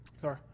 sorry